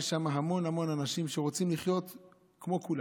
יש המון המון אנשים שרוצים לחיות כמו כולם.